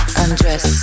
undress